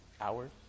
hours